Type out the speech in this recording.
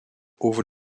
over